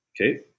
Okay